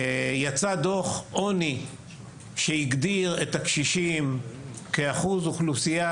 יצא דו״ח עוני שהגדיר את הקשישים כאחוז אוכלוסייה